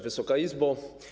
Wysoka Izbo!